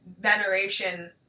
veneration